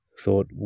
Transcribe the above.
thought